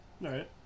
Right